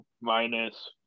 minus